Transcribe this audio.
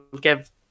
give